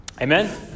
Amen